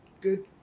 good